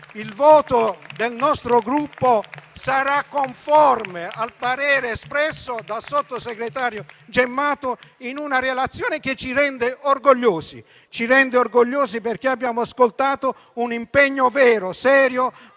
il voto del nostro Gruppo sarà conforme al parere espresso dal sottosegretario Gemmato in una relazione che ci rende orgogliosi, perché abbiamo ascoltato un impegno vero, serio,